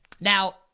Now